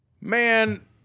Man